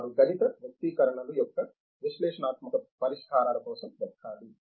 వారు గణిత వ్యక్తీకరణలు యొక్క విశ్లేషణాత్మక పరిష్కారాల కోసం వెతకాలి